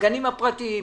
הגנים הפרטיים,